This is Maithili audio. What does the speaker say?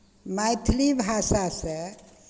मैथिली भाषासँ